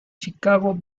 chicago